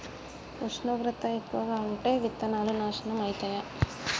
ఉష్ణోగ్రత ఎక్కువగా ఉంటే విత్తనాలు నాశనం ఐతయా?